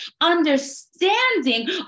understanding